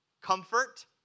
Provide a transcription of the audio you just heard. Comfort